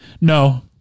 No